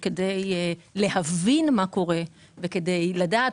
שכדי להבין מה קורה וכדי לדעת,